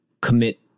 commit